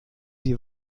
die